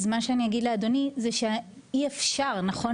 אז מה שאני אגיד לאדוני זה שאי אפשר נכון